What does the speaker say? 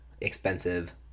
expensive